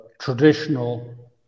traditional